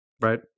right